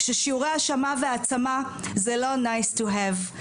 ששיעורי העצמה זה לא nice to have.